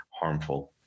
harmful